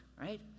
right